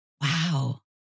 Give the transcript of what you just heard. wow